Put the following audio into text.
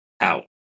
out